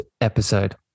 episode